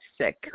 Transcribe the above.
sick